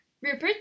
rupert